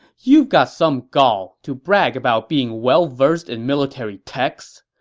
you've got some gall, to brag about being well-versed in military texts!